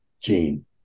gene